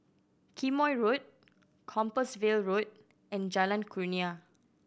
Quemoy Road Compassvale Road and Jalan Kurnia